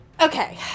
Okay